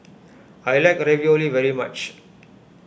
I like Ravioli very much